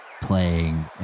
playing